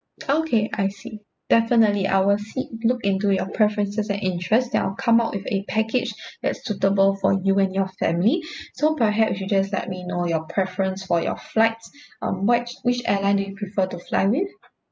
okay I see definitely I will see look into your preferences and interest then I will come up with a package that's suitable for you and your family so perhaps you just let me know your preference for your flights um what which airline do you prefer to fly with